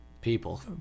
People